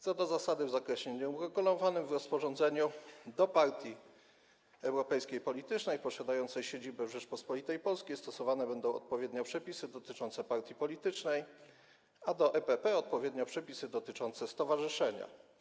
Co do zasady w zakresie nieuregulowanym w rozporządzeniu do europejskiej partii politycznej posiadającej siedzibę w Rzeczypospolitej Polskiej stosowane będą odpowiednio przepisy dotyczące partii politycznej, a do EPP - odpowiednio przepisy dotyczące stowarzyszenia.